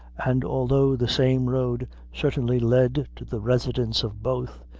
and although the same road certainly led to the residence of both,